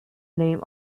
name